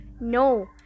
No